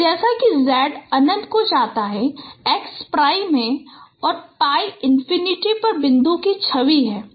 तो जैसा कि Z अनंत को जाता है x प्राइम pi इनफिनिटी पर बिंदु की छवि है